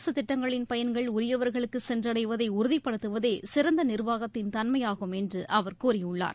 அரசு திட்டங்களின் பயன்கள் உரியவர்களுக்கு சென்றடைவதை உறுதிப்படுத்துவதே சிறந்த நிர்வாகத்தின் தன்மையாகும் என்று அவர் கூறியுள்ளார்